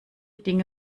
dinge